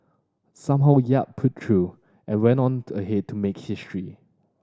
somehow Yap pulled through and went on ahead to make history